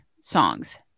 songs